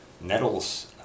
nettles